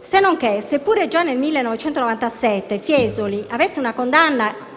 Sennonché, seppure già nel 1997 Fiesoli avesse una condanna